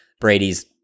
Brady's